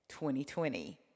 2020